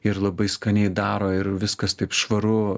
ir labai skaniai daro ir viskas taip švaru